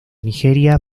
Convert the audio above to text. nigeria